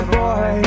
boy